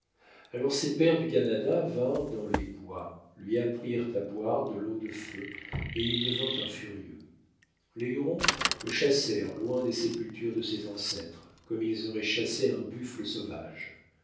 alors ses pères du canada vinrent dans les bois lui apprirent à boire de l'eau de feu et il devint un furieux les hurons le chassèrent loin des sépultures de ses ancêtres comme ils auraient chassé un buffle sauvage